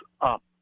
up